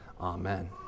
amen